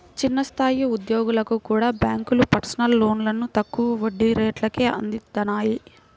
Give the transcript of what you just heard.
చిన్న స్థాయి ఉద్యోగులకు కూడా బ్యేంకులు పర్సనల్ లోన్లను తక్కువ వడ్డీ రేట్లకే అందిత్తన్నాయి